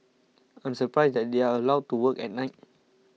I'm surprised that they are allowed to work at night